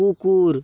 কুকুর